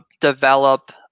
develop